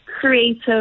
creative